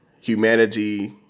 humanity